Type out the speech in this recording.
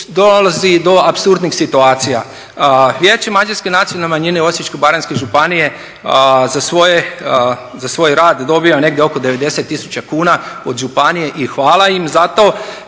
dolazi do apsurdnih situacija. Vijeće mađarske nacionalne manjine Osječko-baranjske županije za svoj rad dobiva negdje oko 90 tisuća kuna od županije i hvala im za to.